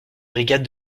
brigade